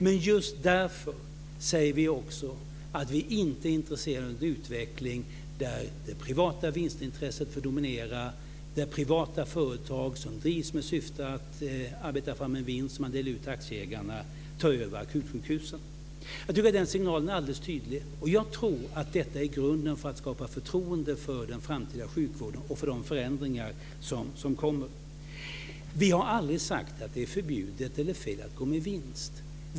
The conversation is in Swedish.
Men just därför säger vi också att vi inte är intresserade av en utveckling där det privata vinstintresset får dominera, där privata företag som drivs med syfte att arbeta fram en vinst som man delar ut till aktieägarna tar över akutsjukhusen. Jag tycker att den signalen är alldeles tydlig, och jag tror att detta är grunden för att skapa förtroende för den framtida sjukvården och för de förändringar som kommer. Vi har aldrig sagt att det är förbjudet eller fel att gå med vinst.